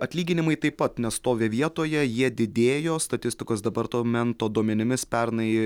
atlyginimai taip pat nestovi vietoje jie didėjo statistikos departamento duomenimis pernai